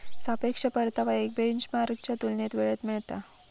सापेक्ष परतावा एक बेंचमार्कच्या तुलनेत वेळेत मिळता